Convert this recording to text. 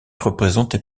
représenté